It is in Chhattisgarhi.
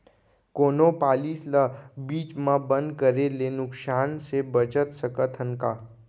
कोनो पॉलिसी ला बीच मा बंद करे ले नुकसान से बचत सकत हन का?